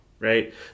Right